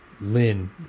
Lynn